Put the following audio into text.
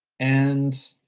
and,